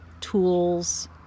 tools